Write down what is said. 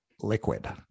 liquid